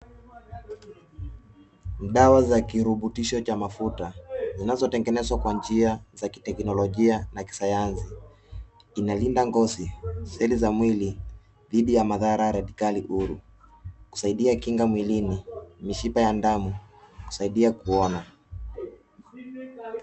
Dawa za kirubutisho cha mafuta zinazotengenezwa kwa njia za kiteknolojia na kisayansi. Inalinda ngozi, seli za mwili dhidi ya madhara redikalihuru, kusaidia kinga mwilini, mishipa ya damu, kusaidia kuona.